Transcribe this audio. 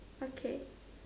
okay